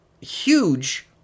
huge